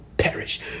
perish